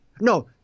No